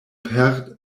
perd